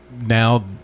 now